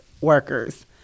workers